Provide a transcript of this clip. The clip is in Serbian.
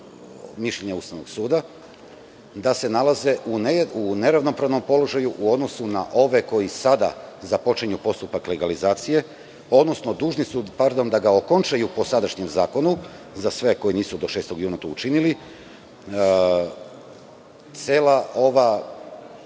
mišljenje Ustavnog suda, nalaze u neravnopravnom položaju u odnosu na ove koji sada započinju postupak legalizacije, odnosno dužni su da ga okončaju po sadašnjem zakonu, za sve koji nisu do 6. juna to učinili. Cela ova